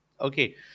Okay